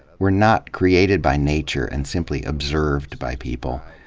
were not created by nature and simply observed by people.